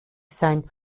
sein